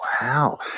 wow